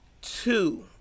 Two